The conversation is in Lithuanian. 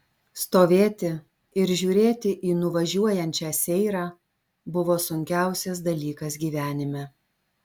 stovėti ir žiūrėti į nuvažiuojančią seirą buvo sunkiausias dalykas gyvenime